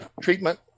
treatment